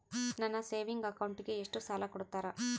ನನ್ನ ಸೇವಿಂಗ್ ಅಕೌಂಟಿಗೆ ಎಷ್ಟು ಸಾಲ ಕೊಡ್ತಾರ?